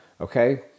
okay